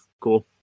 cool